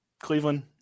Cleveland